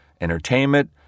entertainment